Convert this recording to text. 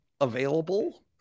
available